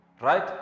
Right